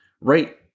right